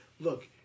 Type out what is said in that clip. look